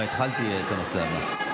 כבר התחלתי את הנושא הבא.